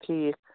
ٹھیٖک